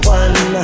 one